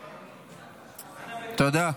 תודה.